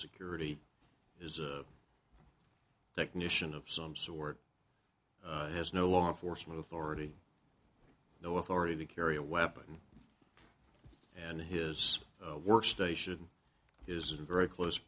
security is a technician of some sort has no law enforcement authority no authority to carry a weapon and his work station is very close